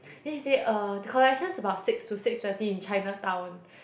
then she say uh collection's about six to six thirty in Chinatown